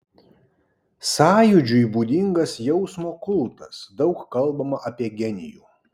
sąjūdžiui būdingas jausmo kultas daug kalbama apie genijų